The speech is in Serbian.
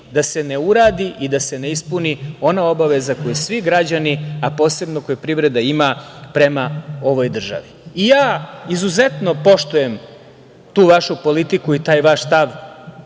da se ne uradi i da se ne ispuni ona obaveza koju svi građani, a posebno koju privreda ima prama ovoj državi. Izuzetno poštujem tu vašu politiku i taj vaš stav,